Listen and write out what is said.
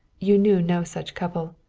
you knew no such couple.